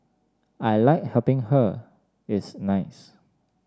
I like helping her it's nice